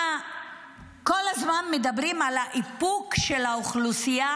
כל הזמן מדברים על האיפוק של האוכלוסייה